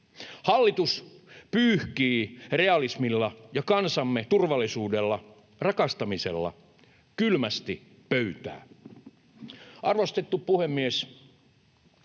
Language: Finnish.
Hallitus pyyhkii realismilla ja kansamme turvallisuudella — rakastamisella — kylmästi pöytää. Arvostettu puhemies!